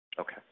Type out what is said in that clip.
okay